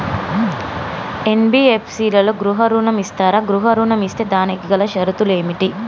NBFC లలో గృహ ఋణం ఇస్తరా? గృహ ఋణం ఇస్తే దానికి గల షరతులు ఏమిటి?